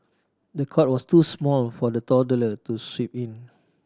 the cot was too small for the toddler to sleep in